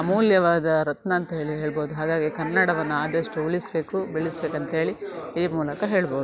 ಅಮೂಲ್ಯವಾದ ರತ್ನ ಅಂತ್ಹೇಳಿ ಹೇಳ್ಬೋದು ಹಾಗಾಗಿ ಕನ್ನಡವನ್ನು ಆದಷ್ಟು ಉಳಿಸಬೇಕು ಬೆಳೆಸಬೇಕಂತ್ಹೇಳಿ ಈ ಮೂಲಕ ಹೇಳ್ಬೋದು